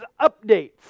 updates